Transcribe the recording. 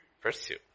pursue